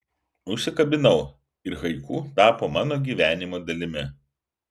užsikabinau ir haiku tapo mano gyvenimo dalimi